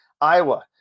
Iowa